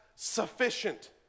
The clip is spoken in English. Sufficient